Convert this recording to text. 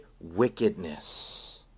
wickedness